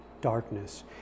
darkness